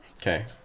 Okay